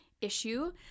issue